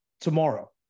tomorrow